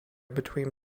between